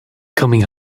coming